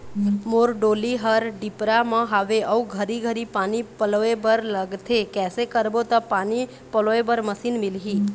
मोर डोली हर डिपरा म हावे अऊ घरी घरी पानी पलोए बर लगथे कैसे करबो त पानी पलोए बर मशीन मिलही?